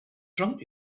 drunk